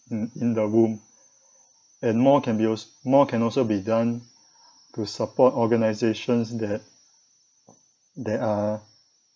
in in the womb and more can be also more can also be done to support organisations that that are